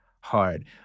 hard